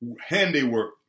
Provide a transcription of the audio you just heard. handiwork